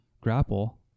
grapple